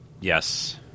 Yes